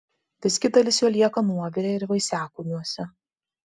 visgi dalis jo lieka nuovire ir vaisiakūniuose